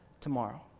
tomorrow